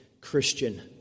Christian